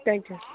thank you